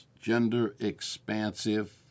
Gender-expansive